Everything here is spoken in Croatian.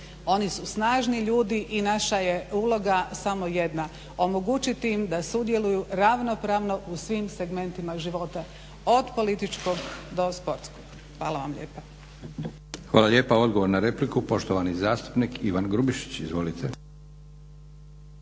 Oni su snažni ljudi i naša je uloga samo jedna, omogućiti im da sudjeluju ravnopravno u svim segmentima života, od političkog do sportskog. Hvala vam lijepa.